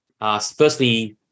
firstly